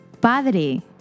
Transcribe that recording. Padre